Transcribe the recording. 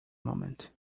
moment